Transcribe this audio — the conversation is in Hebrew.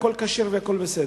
הכול כשר והכול בסדר.